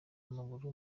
w’amaguru